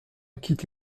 quitte